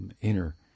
inner